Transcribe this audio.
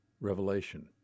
Revelation